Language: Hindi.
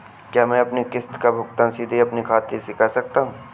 क्या मैं अपनी किश्त का भुगतान सीधे अपने खाते से कर सकता हूँ?